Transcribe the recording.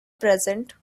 present